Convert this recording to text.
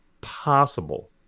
possible